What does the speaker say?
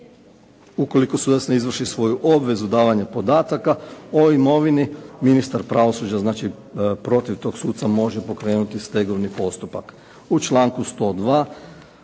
ukoliko sudac ne izvrši svoju obvezu davanja podataka o imovini, ministar pravosuđa znači protiv tog suca može pokrenuti stegovni postupak.